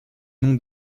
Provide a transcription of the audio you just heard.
nom